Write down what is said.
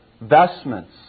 vestments